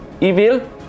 evil